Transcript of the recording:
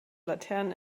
laternen